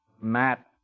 Matt